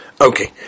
Okay